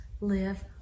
live